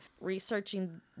researching